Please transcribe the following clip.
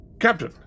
Captain